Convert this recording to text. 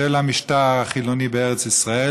של המשטר החילוני בארץ ישראל,